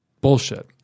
Bullshit